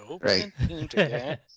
Right